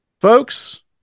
folks